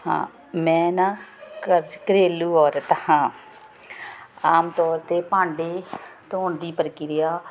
ਹਾਂ ਮੈਂ ਨਾ ਘਰ 'ਚ ਘਰੇਲੂ ਔਰਤ ਹਾਂ ਆਮ ਤੌਰ 'ਤੇ ਭਾਂਡੇ ਧੋਣ ਦੀ ਪ੍ਰਕਿਰਿਆ